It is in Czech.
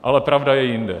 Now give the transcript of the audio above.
Ale pravda je jinde.